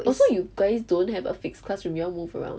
oh so you guys don't have a fixed classroom you all move around